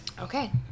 okay